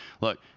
look